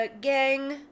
gang